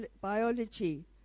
biology